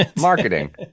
Marketing